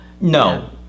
No